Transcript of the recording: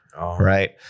right